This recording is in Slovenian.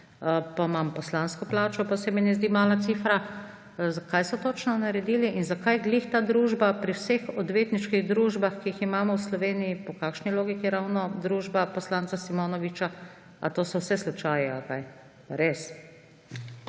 Pa imam poslansko plačo, pa se mi ne zdi mala cifra. Kaj so točno naredili in zakaj ravno ta družba pri vseh odvetniških družbah, ki jih imamo v Sloveniji, po kakšni logiki ravno družba poslanca Simonoviča? Ali to so vse slučaji, ali